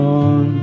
on